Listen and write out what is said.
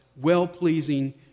well-pleasing